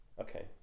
Okay